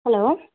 hello